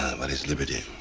what is liberty?